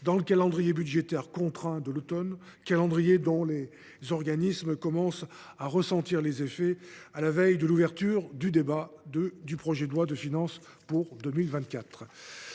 sein du calendrier budgétaire contraint de l’automne, calendrier dont nos organismes commencent à ressentir les effets à la veille de l’ouverture de l’examen du projet de loi de finances pour 2024.